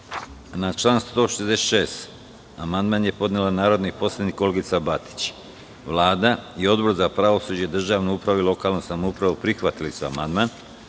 Na član 166. amandman je podnela narodni poslanik Olgica Batić. Vlada i Odbor za pravosuđe, državnu upravu i lokalnu samoupravu prihvatili su amandman,